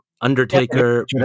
Undertaker